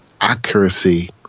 accuracy